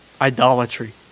Idolatry